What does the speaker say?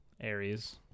Aries